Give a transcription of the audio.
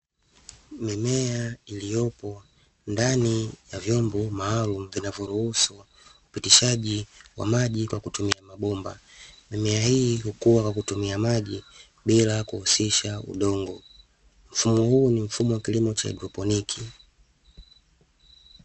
Mimea iliyopo ndani ya vyombo maalumu vinavyoruhusu upitishaji wa maji kwa kutumia mabomba, mimea hii hukua kwa kutumia maji bila kuhusisha udongo mfumo huu ni mfumo wa kilimo cha haidroponi.